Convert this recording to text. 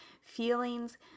feelings